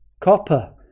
copper